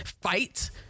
fight